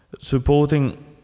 supporting